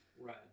Right